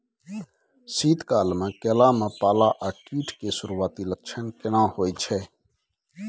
शीत काल में केला में पाला आ कीट के सुरूआती लक्षण केना हौय छै?